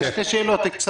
אני אוסיף שתי שאלות קצרות,